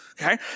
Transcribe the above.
Okay